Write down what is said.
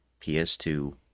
PS2